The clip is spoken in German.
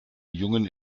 jungen